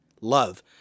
love